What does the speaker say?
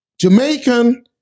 Jamaican